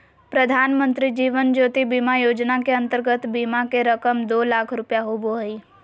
प्रधानमंत्री जीवन ज्योति बीमा योजना के अंतर्गत बीमा के रकम दो लाख रुपया होबो हइ